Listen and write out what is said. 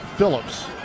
Phillips